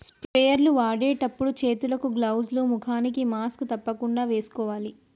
sprayer లు వాడేటప్పుడు చేతులకు గ్లౌజ్ లు, ముఖానికి మాస్క్ తప్పకుండా వేసుకోవాలి